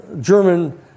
German